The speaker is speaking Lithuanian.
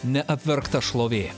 neapverkta šlovė